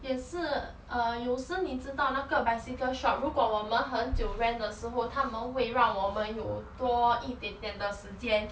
也是 uh 有时你知道那个 bicycle shop 如果我们很久 rent 的时候他们会让我们有多一点点的时间